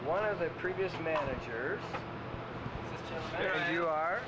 one of the previous manager you are